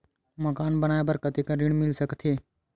मकान बनाये बर कतेकन ऋण मिल सकथे?